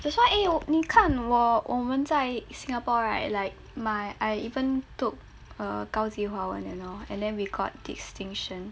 that's why eh oh 你看我我们在 singapore right like my I even took err 高级华文 you know and then we got distinction